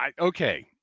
Okay